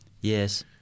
Yes